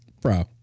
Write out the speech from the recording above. Bro